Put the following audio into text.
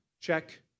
check